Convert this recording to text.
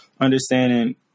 understanding